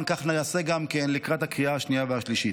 כך נעשה גם לקראת הקריאה השנייה והשלישית.